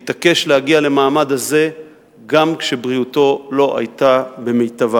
והתעקש להגיע למעמד הזה גם כשבריאותו לא היתה במיטבה.